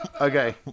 Okay